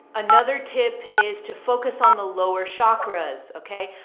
another tip is to focus on the lower chakras. okay.